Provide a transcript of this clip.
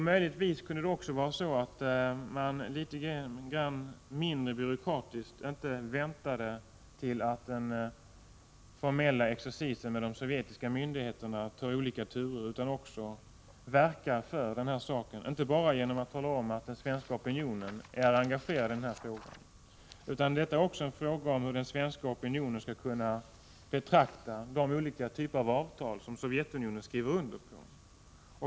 Möjligtvis kunde man vara litet mindre byråkratisk, så att man inte väntar tills den formella exercisen med de sovjetiska myndigheterna är klar med sina olika turer utan också verkar för den här saken, och då inte bara genom att tala om att den svenska opinionen är engagerad i frågan. Det gäller också hur den svenska opinionen betraktar de olika avtal som Sovjetunionen skrivit under.